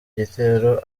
gitero